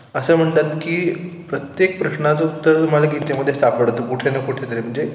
असं म्हणतात की प्रत्येक प्रश्नाचं उत्तर तुम्हाला गीतेमध्ये सापडतं कुठेना कुठे तरी म्हणजे